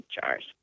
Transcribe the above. jars